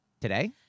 today